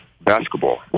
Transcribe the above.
basketball